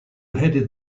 headed